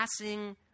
passing